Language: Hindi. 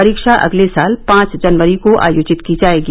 परीक्षा अगले साल पांच जनवरी को आयोजित की जाएगी